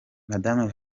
madame